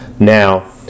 Now